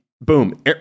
boom